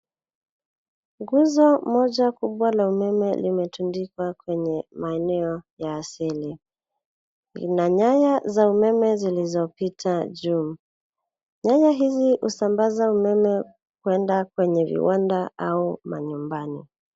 Nguzo moja kubwa la umeme limetundikwa kwenye maeneo ya asili. Lina nyaya za umeme zilizopita juu. Nyaya hizi husambaza umeme kuenda kwenye viwanda au manyumbani.